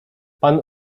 pan